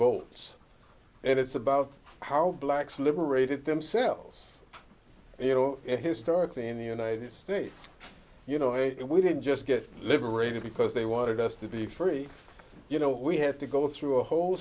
revolt and it's about how blacks liberated themselves you know historically in the united states you know and we didn't just get liberated because they wanted us to be free you know we had to go through a whole